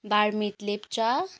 Barmit Lepcha